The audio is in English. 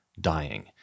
dying